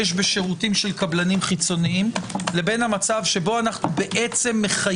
בשירותים של קבלנים חיצוניים לבין המצב שבו אנו מחייבים